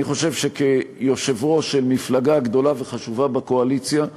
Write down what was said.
אני חושב שכיושב-ראש של מפלגה גדולה וחשובה בקואליציה,